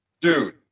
dude